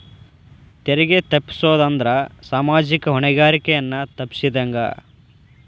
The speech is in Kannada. ತೆರಿಗೆ ತಪ್ಪಸೊದ್ ಅಂದ್ರ ಸಾಮಾಜಿಕ ಹೊಣೆಗಾರಿಕೆಯನ್ನ ತಪ್ಪಸಿದಂಗ